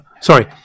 Sorry